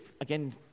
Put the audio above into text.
again